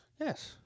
Yes